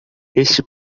este